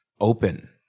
open